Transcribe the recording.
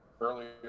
earlier